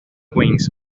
queens